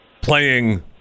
playing